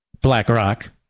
BlackRock